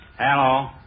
Hello